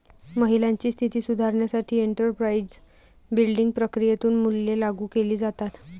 महिलांची स्थिती सुधारण्यासाठी एंटरप्राइझ बिल्डिंग प्रक्रियेतून मूल्ये लागू केली जातात